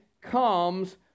comes